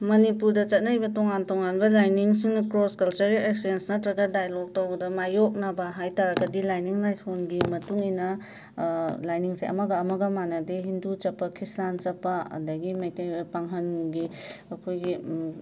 ꯃꯅꯤꯄꯨꯔꯗ ꯆꯠꯅꯔꯤꯕ ꯇꯣꯉꯥꯟ ꯇꯣꯉꯥꯟꯕ ꯂꯥꯏꯅꯤꯡꯁꯤꯡꯅ ꯀ꯭ꯔꯣꯁ ꯀꯜꯆꯔꯦꯜ ꯑꯦꯛꯁꯆꯦꯟꯁ ꯅꯠꯇ꯭ꯔꯒ ꯗꯥꯏꯂꯣꯒ ꯇꯧꯕꯗ ꯃꯥꯌꯣꯛꯅꯕ ꯍꯥꯏꯇꯥꯔꯒꯗꯤ ꯂꯥꯏꯅꯤꯡ ꯂꯥꯏꯁꯣꯟꯒꯤ ꯃꯇꯨꯡ ꯏꯟꯅ ꯂꯥꯏꯅꯤꯡꯁꯦ ꯑꯃꯒ ꯑꯃꯒ ꯃꯥꯟꯅꯗꯦ ꯍꯤꯟꯗꯨ ꯆꯠꯄ ꯈ꯭ꯔꯤꯁꯇꯥꯟ ꯆꯠꯄ ꯑꯗꯒꯤ ꯃꯩꯇꯩ ꯄꯥꯡꯒꯟꯒꯤ ꯑꯩꯈꯣꯏꯒꯤ